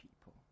people